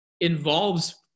involves